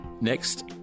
Next